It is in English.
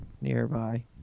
nearby